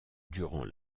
durant